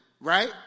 Right